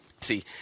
See